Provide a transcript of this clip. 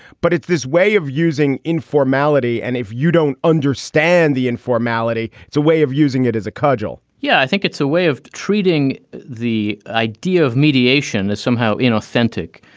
but it's this way of using informality. and if you don't understand the informality, it's a way of using it as a cudgel yeah, i think it's a way of treating the idea of mediation as somehow inauthentic.